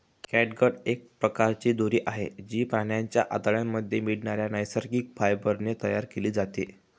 catgut एक प्रकारची दोरी आहे, जी प्राण्यांच्या आतड्यांमध्ये मिळणाऱ्या नैसर्गिक फायबर ने तयार केली जाते